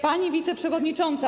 Pani Wiceprzewodnicząca!